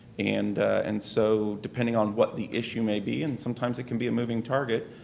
and and so, depending on what the issue may be, and sometimes it can be a moving target,